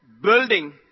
building